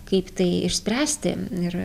kaip tai išspręsti ir